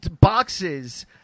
boxes